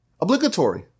obligatory